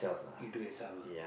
you do yourself ah